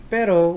Pero